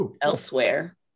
elsewhere